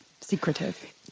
secretive